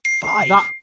Five